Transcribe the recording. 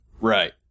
Right